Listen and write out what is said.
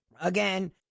Again